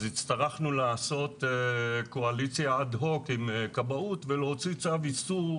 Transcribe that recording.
אז הצטרכנו לעשות קואליציה אד-הוק עם כבאות ולהוציא צו איסור.